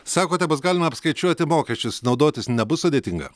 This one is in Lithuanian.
sakote bus galima apskaičiuoti mokesčius naudotis nebus sudėtinga